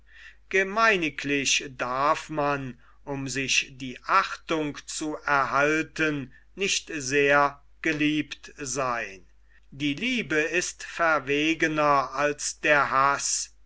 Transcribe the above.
gemeiniglich darf man um sich die achtung zu erhalten nicht sehr geliebt seyn die liebe ist verwegner als der haß